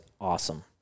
awesome